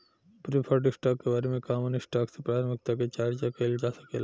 preferred stock के बारे में कॉमन स्टॉक से प्राथमिकता के चार्चा कईल जा सकेला